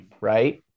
right